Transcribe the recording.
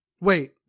Wait